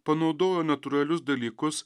panaudojo natūralius dalykus